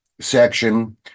section